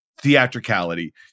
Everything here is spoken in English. theatricality